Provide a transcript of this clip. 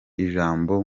ijambo